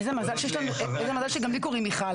איזה מזל שגם לי קוראים מיכל,